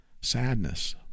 sadness